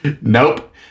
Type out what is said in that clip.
Nope